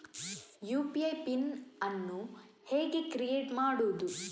UPI PIN ಅನ್ನು ಹೇಗೆ create ಮಾಡುದು?